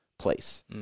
place